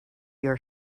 your